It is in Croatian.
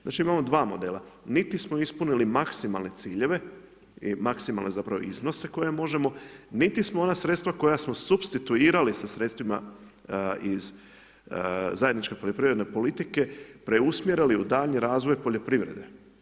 Znači imamo 2 modela, niti smo ispunili maksimalne ciljeve, i maksimalne zapravo iznose, koje možemo niti smo ona sredstva koja smo supstituirali sa sredstvima iz zajedničke poljoprivredne politike preusmjerili u daljnji razvoj poljoprivrede.